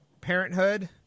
Parenthood